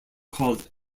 called